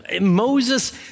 Moses